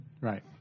Right